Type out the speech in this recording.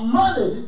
money